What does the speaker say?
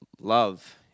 Love